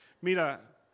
Mira